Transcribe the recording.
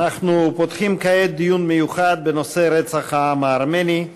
אנחנו פותחים כעת דיון מיוחד בנושא רצח העם הארמני,